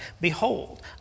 Behold